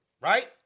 right